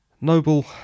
Noble